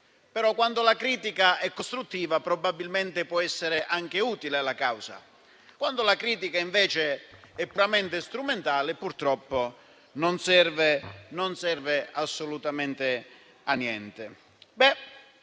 però quando è costruttiva probabilmente può essere anche utile alla causa; quando invece è puramente strumentale, purtroppo, non serve assolutamente a niente.